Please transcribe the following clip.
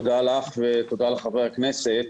תודה לך ותודה לחברי הכנסת.